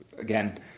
Again